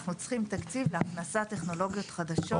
אנחנו צריכים תקציב להכנסת טכנולוגיות חדשות --- האתרים.